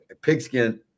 pigskin